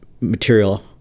material